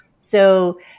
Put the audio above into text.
So-